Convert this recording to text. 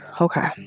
okay